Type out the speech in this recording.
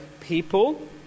people